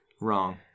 wrong